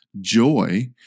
joy